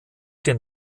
den